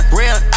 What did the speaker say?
real